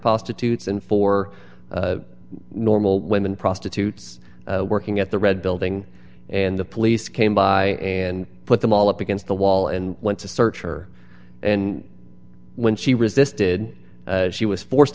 prostitutes and four normal women prostitutes working at the red building and the police came by and put them all up against the wall and went to search her and when she resisted she was forced